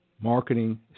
marketing